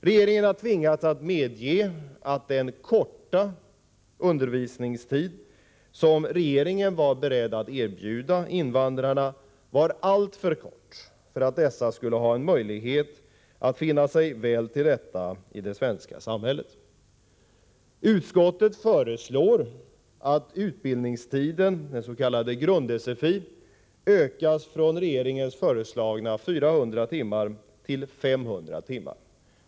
Regeringen har tvingats att medge att den korta undervisningstid som man var beredd att erbjuda invandrarna var alltför kort för att dessa skulle ha en möjlighet att finna sig väl till rätta i det svenska samhället. Utskottet föreslår att utbildningstiden, den s.k. grund-SFI, ökas från regeringens föreslagna 400 timmar till 500 timmar.